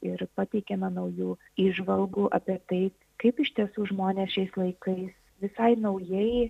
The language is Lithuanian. ir pateikiame naujų įžvalgų apie tai kaip iš tiesų žmonės šiais laikais visai naujai